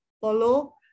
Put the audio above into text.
follow